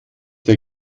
der